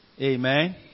Amen